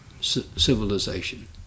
civilization